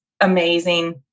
amazing